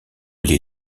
les